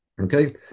Okay